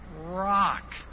rock